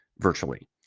virtually